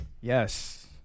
Yes